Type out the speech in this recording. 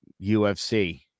UFC